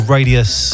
Radius